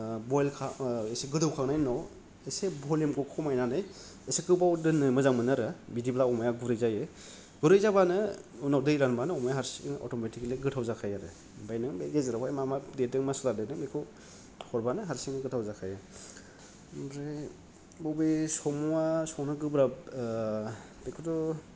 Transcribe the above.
boil खा एसे गोदौ खांनायनि उनाव इसे भलियामखौ खमायनानै इसे गोबाव दोननो मोजां मोनो आरो बिदिब्ला अमाया गुरै जायो गुरै जाबानो उनाव दै रानबानो अमाया हारसिंनो अटमेटिकेलि गोथाव जाखायो आरो ओमफ्राय नों बे गेजेरावहाय मा मा देदों मा सुवाद देदों बेखौ हरबानो हारसिंनो गोथाव जाखायो ओमफ्राय बबे संमुआ संनो गोब्राब बेखौथ'